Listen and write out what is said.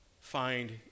find